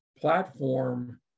platform